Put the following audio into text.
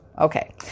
okay